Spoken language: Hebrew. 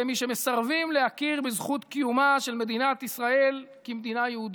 מי שמסרבים להכיר בזכות קיומה של מדינת ישראל כמדינה יהודית,